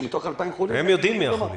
כשמתוך ה-2000 חולים -- הם יודעים מי החולים.